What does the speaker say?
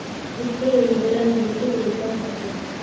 वित्तीय विवरण लिखित रिकॉर्ड ह छेक